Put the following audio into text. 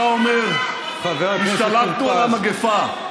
חבר הכנסת טור פז, אתה אומר, השתלטנו על המגפה.